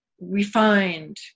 refined